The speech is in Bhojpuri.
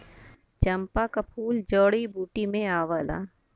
चंपा क फूल जड़ी बूटी में आवला